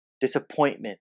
disappointment